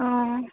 অঁ